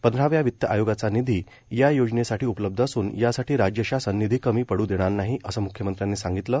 पंधराव्या वित्त आयोगाचा निधी या योजनेसाठी उपलब्ध असून यासाठी राज्य शासन निधी कमी पड् देणार नाही असं मुख्यमंत्र्यांनी सांगितलं